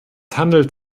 handelt